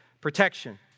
protection